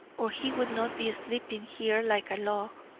or he would not be sleeping here like a log.